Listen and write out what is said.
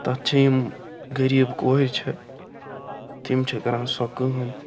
تتھ چھ یِم غریٖب کورِ چھ تِم چھِ کَران سۄ کٲم